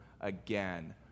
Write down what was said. again